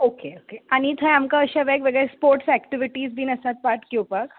okay okay आनी थंय आमकां अशे वेगळे वेगळे स्पोट्स एक्टिविटीज बी आसात पार्ट घेवपाक